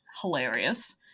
hilarious